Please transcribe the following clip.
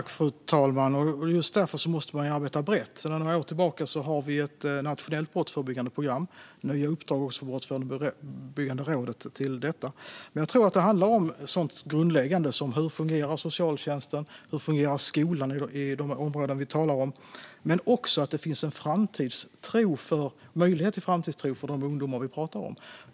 Fru talman! Just därför måste man arbeta brett. Sedan några år tillbaka har vi ett nationellt brottsförebyggande program och också nya uppdrag för Brottsförebyggande rådet att se på detta. Jag tror att det handlar om sådant grundläggande som hur socialtjänsten och skolan fungerar i de områden vi talar om men också om att det finns en möjlighet till framtidstro för de ungdomar vi pratar om.